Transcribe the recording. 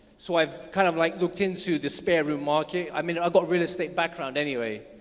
so i've kind of like looked into the spare room market. i mean, i got real estate background anyway.